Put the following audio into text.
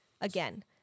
again